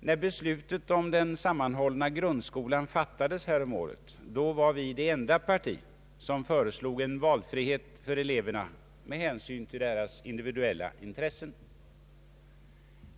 När beslutet om den sammanhållna grundskolan fattades var vi det enda parti som föreslog valfrihet för eleverna med hänsyn till deras individuella intressen.